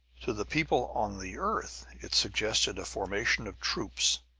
to the people on the earth, it suggested a formation of troops,